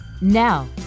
Now